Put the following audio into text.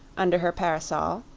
under her parasol,